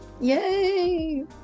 Yay